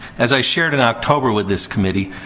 as i shared in october with this committee,